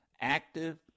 active